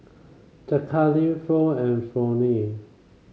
Jacalyn Floy and Flonnie